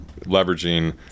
leveraging